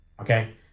Okay